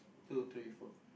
two three four five